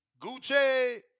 Gucci